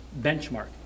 benchmark